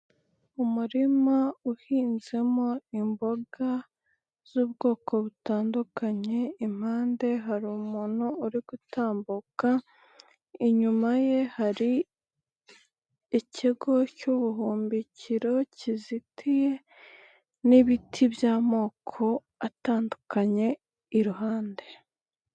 Umurima uhinzemo imboga z'ubwoko butandukanye, impande hari umuntu uri gutambuka inyuma ye hari ikigo cy'ubuhumbikiro kizitiye, n'ibiti by'amoko atandukanye iruhande.